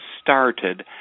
started